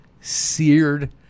seared